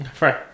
right